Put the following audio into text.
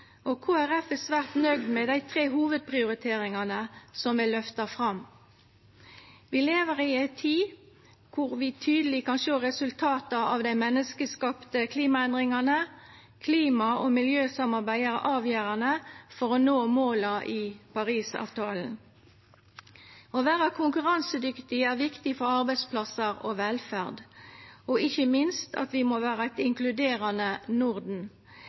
er svært nøgd med dei tre hovudprioriteringane som er løfta fram. Vi lever i ei tid der vi tydeleg kan sjå resultata av dei menneskeskapte klimaendringane. Klima- og miljøsamarbeidet er avgjerande for å nå måla i Parisavtalen. Å vera konkurransedyktig er viktig for arbeidsplassar og velferd, og ikkje minst at vi må vera eit inkluderande Norden.